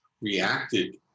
reacted